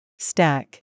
stack